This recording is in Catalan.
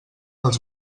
els